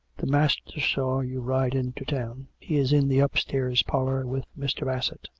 the master saw you ride into town. he is in the upstairs parlour, with mr. bassett.